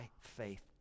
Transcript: faith